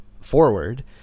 forward